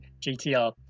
GTR